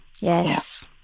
Yes